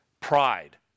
Pride